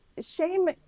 shame